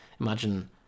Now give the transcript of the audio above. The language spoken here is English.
Imagine